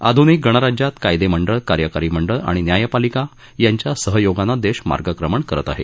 आधुनिक गणराज्यात कायदेमंडळ कार्यकारी मंडळ आणि न्यायपालिका यांच्या सहयोगानं देश मार्गक्रमण करत आहे